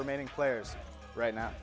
remaining players right now